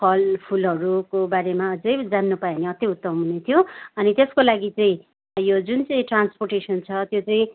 फलफुलहरूको बारेमा अझै जान्नु पायो भने अति उत्तम हुने थियो अनि त्यसको लागि चाहिँ यो जुन चाहिँ ट्रान्सपोर्टेसन छ त्यो चाहिँ